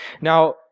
Now